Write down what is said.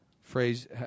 phrase